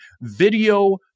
video